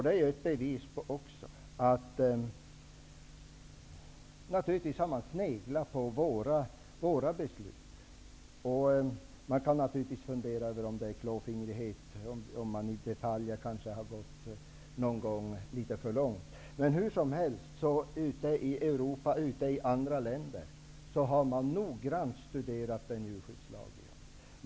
Det är naturligtvis ett bevis på att man har sneglat på våra beslut. Självfallet finns funderingen om det är fråga om klåfingrighet när man i detaljer någon gång gått litet för långt. Hur som helst har man i andra länder i Europa noga studerat vår djurskyddslag.